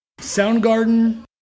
Soundgarden